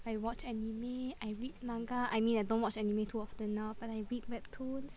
I watch anime I read manga I mean I don't watch anime too often now but I read webtoons